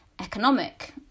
economic